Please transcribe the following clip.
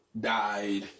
died